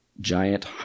giant